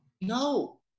no